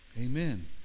Amen